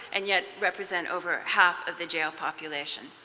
and yet, represent over half of the jail population.